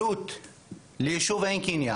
עלות ליישוב עין קניה